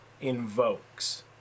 invokes